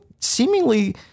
seemingly